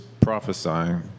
Prophesying